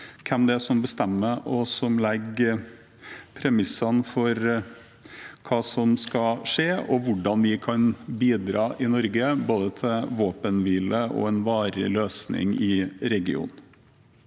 hvem det er som bestemmer og legger premissene for hva som skal skje, og hvordan vi i Norge kan bidra til både våpenhvile og en varig løsning i regionen.